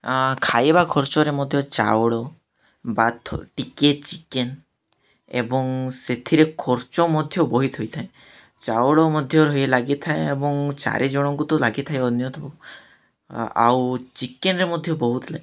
ଖାଇବା ଖର୍ଚ୍ଚରେ ମଧ୍ୟ ଚାଉଳ ଟିକେ ଚିକେନ ଏବଂ ସେଥିରେ ଖର୍ଚ୍ଚ ମଧ୍ୟ ବହୁତ ହୋଇଥାଏ ଚାଉଳ ମଧ୍ୟ ରହି ଲାଗିଥାଏ ଏବଂ ଚାରି ଜଣଙ୍କୁ ତ ଲାଗିଥାଏ ଅନ୍ୟତ ଆଉ ଚିକେନରେ ମଧ୍ୟ ବହୁତ ଲାଗେ